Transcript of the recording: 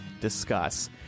discuss